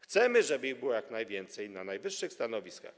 Chcemy, żeby ich było jak najwięcej na najwyższych stanowiskach.